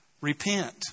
repent